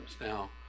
Now